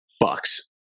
bucks